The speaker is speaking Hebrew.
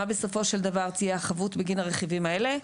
בסופו של דבר תהיה החבות בגין הרכיבים האלה.